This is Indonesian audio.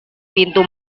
pintu